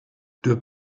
deux